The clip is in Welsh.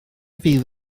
fydd